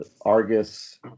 Argus